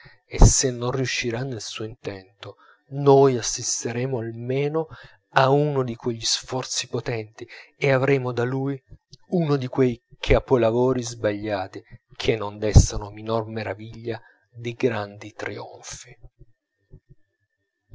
e se non riuscirà nel suo intento noi assisteremo almeno a uno di quegli sforzi potenti e avremo da lui uno di quei capolavori sbagliati che non destano minor meraviglia dei grandi